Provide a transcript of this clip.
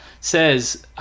says